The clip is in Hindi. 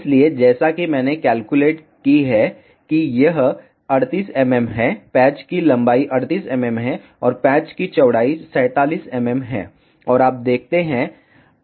इसलिए जैसा कि मैंने कैलकुलेट की है कि यह 38 mm है पैच की लंबाई 38 mm है और पैच की चौड़ाई 47 mm है और आप देखते हैं